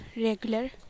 regular